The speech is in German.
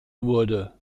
wurde